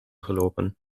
gelopen